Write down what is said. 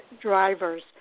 drivers